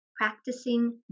practicing